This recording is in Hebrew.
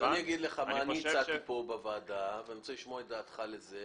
אגיד לך מה אני הצעתי פה בוועדה ואני רוצה לשמוע את דעתך על זה.